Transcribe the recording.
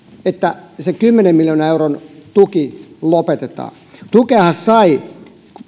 että se kymmenen miljoonan euron tuki lopetetaan tukeahan sai